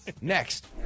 Next